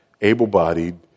able-bodied